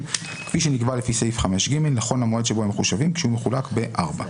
כפי שנקבע לפי סעיף 5ג נכון למועד שבו הם מחושבים כשהוא מחולק בארבע.